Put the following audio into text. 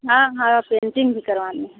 हाँ हाँ पेंटिंग भी करवानी है